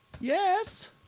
Yes